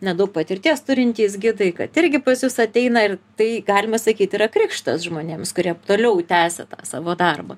nedaug patirties turintys gidai kad irgi pas jus ateina ir tai galima sakyti yra krikštas žmonėms kurie toliau tęsia tą savo darbą